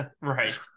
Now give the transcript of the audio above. Right